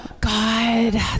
God